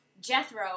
Jethro